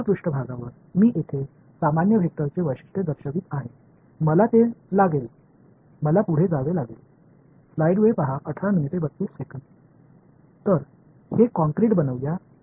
இந்த மேற்பரப்பு நான் இங்கே ஒரு சாதாரண வெக்டர் மூலம் வகைப்படுத்தப் போகிறேன் நாம் அடுத்ததாக என்னவென்று பார்ப்போமா